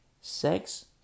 sex